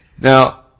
now